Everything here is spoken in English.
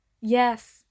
Yes